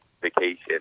vacation